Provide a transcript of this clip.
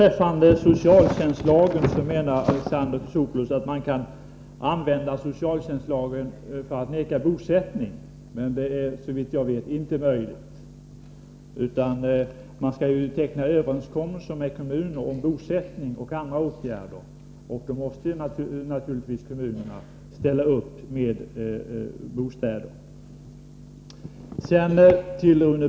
Alexander Chrisopoulos säger att man kan använda socialtjänstlagen för att neka bosättning. Såvitt jag vet är det inte möjligt. Man skall ju teckna överenskommelser med kommunerna om bosättning och andra åtgärder. Då måste naturligtvis kommunerna ställa upp med bostäder.